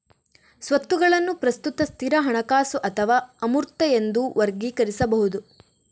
ಸ್ವತ್ತುಗಳನ್ನು ಪ್ರಸ್ತುತ, ಸ್ಥಿರ, ಹಣಕಾಸು ಅಥವಾ ಅಮೂರ್ತ ಎಂದು ವರ್ಗೀಕರಿಸಬಹುದು